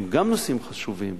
אלה גם נושאים חשובים.